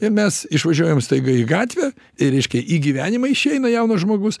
ir mes išvažiuojam staiga į gatvę ir reiškia į gyvenimą išeina jaunas žmogus